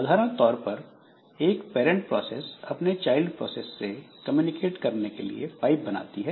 साधारण तौर पर एक पैरंट प्रोसेस अपने चाइल्ड प्रोसेस से कम्युनिकेट करने के लिए पाइप बनाती है